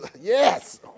yes